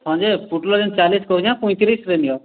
ହଁ ଯେ ପୋଟଲ ଜେନ୍ ଚାଳିଶ୍ କହୁଛେଁ ପଞ୍ଚ ତିରିଶ୍ରେ ନିଅ